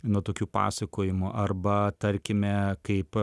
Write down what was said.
nuo tokių pasakojimų arba tarkime kaip